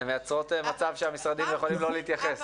הם מייצרות מצב שהמשרדים יכולים לא להתייחס.